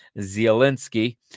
Zielinski